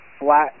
flat